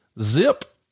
zip